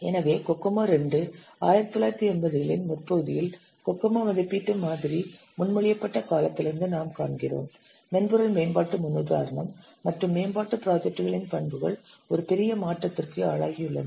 எனவே COCOMO II 1980 களின் முற்பகுதியில் கோகோமோ மதிப்பீட்டு மாதிரி முன்மொழியப்பட்ட காலத்திலிருந்து நாம் காண்கிறோம் மென்பொருள் மேம்பாட்டு முன்னுதாரணம் மற்றும் மேம்பாட்டு ப்ராஜெக்ட்களின் பண்புகள் ஒரு பெரிய மாற்றத்திற்கு ஆளாகியுள்ளன